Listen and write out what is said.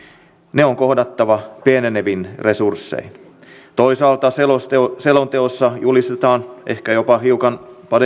ne on kohdattava pienenevin resurssein toisaalta selonteossa julistetaan ehkä jopa hiukan